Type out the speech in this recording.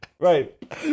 Right